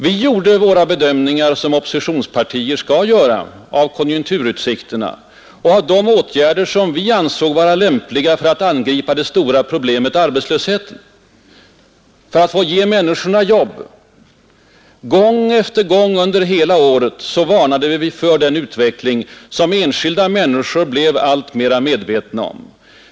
Vi gjorde våra bedömningar som oppositionspartier skall göra av konjunkturutsikterna och av de åtgärder som vi ansåg vara lämpliga för att angripa det stora problem som arbetslösheten utgör och att ge människorna jobb. Gång efter gång under hela året varnade vi för den utveckling som enskilda människor blev alltmera medvetna om.